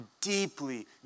deeply